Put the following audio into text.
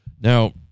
now